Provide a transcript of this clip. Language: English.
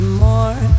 more